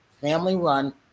family-run